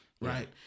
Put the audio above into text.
Right